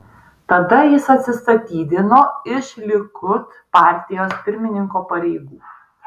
tada jis atsistatydino iš likud partijos pirmininko pareigų